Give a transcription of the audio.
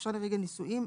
חופשות לרגל נישואין,